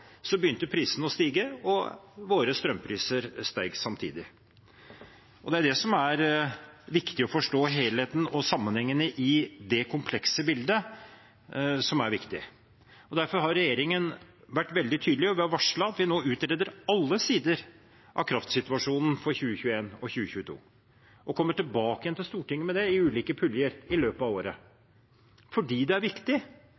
begynte prisene å stige, og våre strømpriser steg samtidig. Det som er viktig, er å forstå helheten og sammenhengen i det komplekse bildet. Derfor har regjeringen vært veldig tydelig, og vi har varslet at vi nå utreder alle sider av kraftsituasjonen for 2021 og 2022 og vil komme tilbake til Stortinget med det i ulike puljer i løpet av året, fordi det er viktig.